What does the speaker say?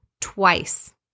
twice